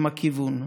הם הכיוון,